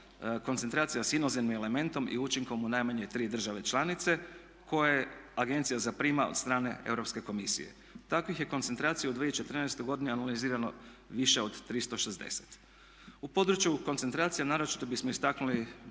koncentracija s inozemnim elementom i učinkom u najmanje tri države članice koje agencija zaprima od strane Europske komisije. Takvih je koncentracija u 2014.godini analizirano više od 360. U području koncentracija naročito bismo istaknuli